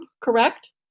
correct